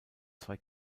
zwei